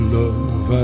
love